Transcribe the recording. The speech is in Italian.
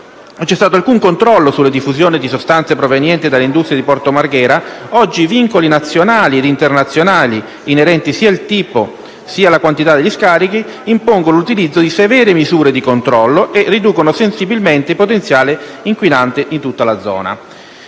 non c'è stato alcun controllo sulle diffusioni di sostanze provenienti dalle industrie di Porto Marghera, oggi vincoli nazionali ed internazionali inerenti sia al tipo che alle quantità degli scarichi impongono l'utilizzo di severe misure di controllo e riducono sensibilmente il potenziale inquinante di tutta la zona.